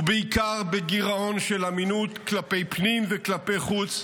ובעיקר בגירעון של אמינות כלפי פנים וכלפי חוץ,